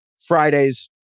Fridays